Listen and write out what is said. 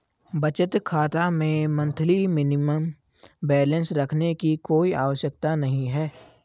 बचत खाता में मंथली मिनिमम बैलेंस रखने की कोई आवश्यकता नहीं है